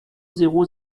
zéro